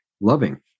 loving